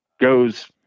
goes